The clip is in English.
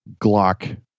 Glock